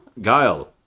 guile